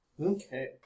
Okay